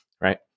right